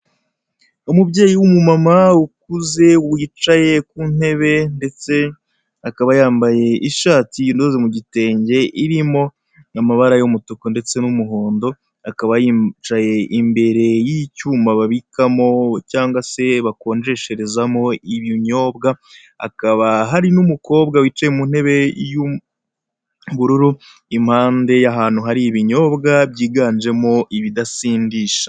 Umubyeyi w'umumama ukuze wicaye ku ntebe ndetse akaba yambaye ishati idoze mu gitenge irimo amabara y'umutuku ndetse n'umuhondo, akaba yicaye imbere y'icyuma babikamo cyangwa se bakonjesherezamo ibinyobwa, hakaba hari n'umukobwa wicaye mu ntebe y'ubururu impande y'ahantu hari ibinyobwa byiganjemo ibidasindisha.